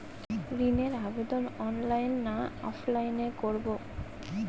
ঋণের আবেদন অনলাইন না অফলাইনে করব?